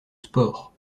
spores